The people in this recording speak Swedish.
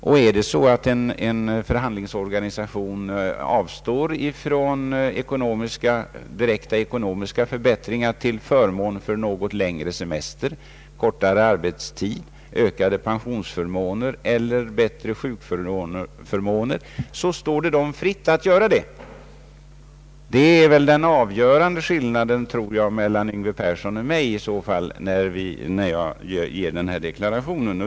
Om en förhandlingsorganisation avstår från direkta ekonomiska förbättringar till förmån för något längre semester, kortare arbetstid, ökade pensionsförmåner eller bättre sjukförmåner, så står det den fritt att göra det. Det är enligt min uppfattning den avgörande skillnaden mellan herr Yngve Persson och mig när det gäller denna diskussion.